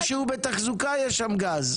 גם כשהוא בתחזוקה יש שם גז.